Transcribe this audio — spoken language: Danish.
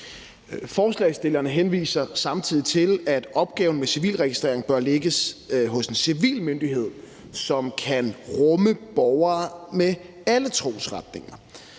Forslagsstillerne henviser samtidig til, at opgaven med civilregistrering bør lægges hos en civil myndighed, som kan rumme borgere med alle trosretninger.